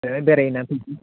दे बेरायहैनानै फैनोसै